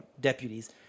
deputies